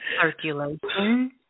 circulation